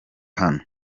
hano